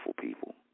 people